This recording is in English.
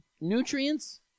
nutrients